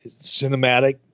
Cinematic